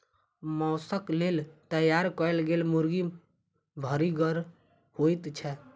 मौसक लेल तैयार कयल गेल मुर्गी भरिगर होइत छै